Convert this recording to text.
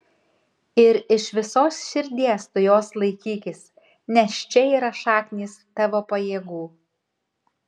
ir iš visos širdies tu jos laikykis nes čia yra šaknys tavo pajėgų